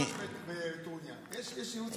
אבל שרן,